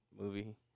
movie